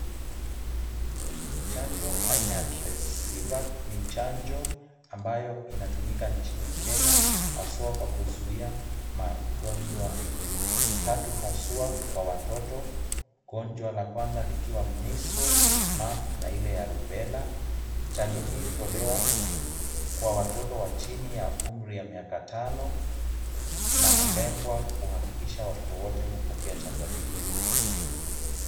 Chanjo aina ya Tresivac ni chanjo ambayo inatumika nchini Kenya haswa kwa kuzuia magonjwa tatu haswa kwa watoto. Ugonjwa wa kwanza likiwa measles , mumps na ile ya rubella . Chanjo hii hutolewa kwa watoto wa chini wa umri ya miaka tano na kulengwa kuhakikisha watoto wote hupokea chanjo hii.